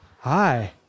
Hi